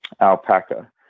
alpaca